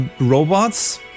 robots